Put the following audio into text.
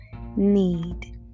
need